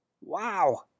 Wow